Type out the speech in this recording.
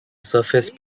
surface